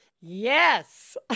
Yes